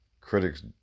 critics